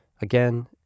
again